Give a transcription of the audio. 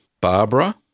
Barbara